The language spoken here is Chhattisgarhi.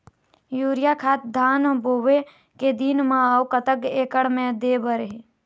यूरिया खाद धान बोवे के दिन म अऊ कतक एकड़ मे दे बर हे?